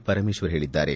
ಪರಮೇಶ್ವರ್ ಹೇಳಿದ್ದಾರೆ